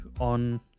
on